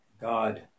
God